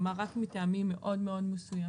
כלומר, רק אם מתקיימים טעמים מאוד מאוד מסוימים,